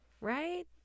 Right